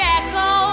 echo